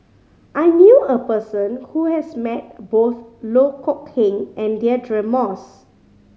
I knew a person who has met both Loh Kok Heng and Deirdre Moss